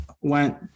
went